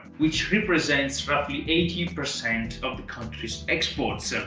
which represents roughly eighty percent of the country's exports. so